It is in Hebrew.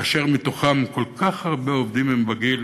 כאשר מתוכם כל כך הרבה עובדים הם בגיל